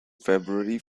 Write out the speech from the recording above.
february